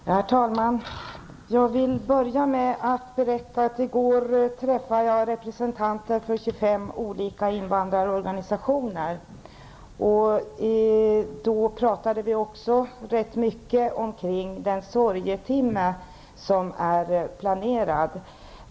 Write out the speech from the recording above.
Herr talman! Jag vill börja med att berätta att jag i går träffade representanter för 25 olika invandrarorganisationer och att vi då pratade rätt mycket om den sorgetimme som är planerad.